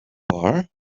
bar